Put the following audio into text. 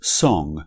song